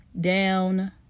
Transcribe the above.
down